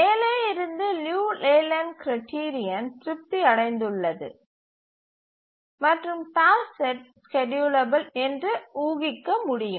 மேலே இருந்து Liu Layland criterion திருப்தி அடைந்துள்ளது மற்றும் டாஸ்க் செட் ஸ்கேட்யூலபில் என்று ஊகிக்க முடியும்